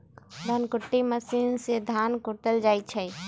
धन कुट्टी मशीन से धान कुटल जाइ छइ